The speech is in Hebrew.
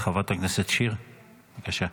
חברת הכנסת שיר, בבקשה.